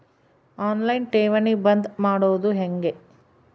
On line ಠೇವಣಿ ಬಂದ್ ಮಾಡೋದು ಹೆಂಗೆ?